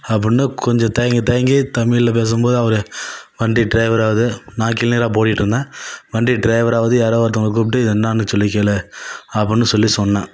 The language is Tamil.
அப்புன்னு கொஞ்சம் தயங்கி தயங்கி தமிழில் பேகும்போது அவர் வண்டி டிரைவராவது நான் கிளீனராக போயிட்டுருந்தேன் வண்டி டிரைவராவது யாராக ஒருத்தவங்க கூப்பிட்டு இது என்னான்னு சொல்லி கேள் அப்புன்னு சொல்லி சொன்னேன்